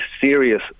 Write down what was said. serious